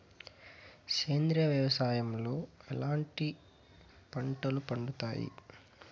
సేంద్రియ వ్యవసాయం లో ఎట్లాంటి పంటలు పండుతాయి